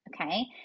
okay